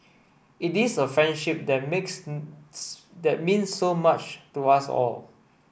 it is a friendship that makes that means so much to us all